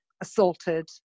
assaulted